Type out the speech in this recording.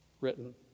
written